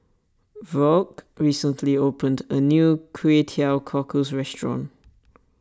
Vaughn recently opened a new Kway Teow Cockles restaurant